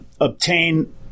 obtain